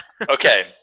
Okay